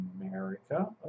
America